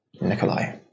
Nikolai